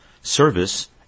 Service